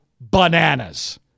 bananas